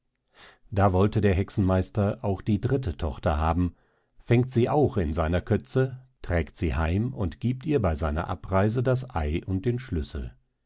da wollte der hexenmeister auch die dritte tochter haben fängt sie auch in seiner kötze trägt sie heim und giebt ihr bei seiner abreise das ei und den schlüssel